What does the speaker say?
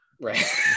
Right